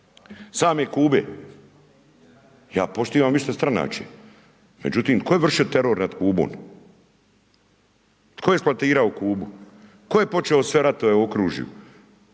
same Kube, ja poštujem višestranačje, međutim, tko je vršio teror nad Kubom, tko je eksploatirao Kubu, tko je počeo sve ratove u okružju?